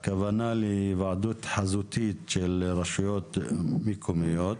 הכוונה להיוועדות חזותית של רשויות מקומיות.